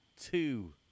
two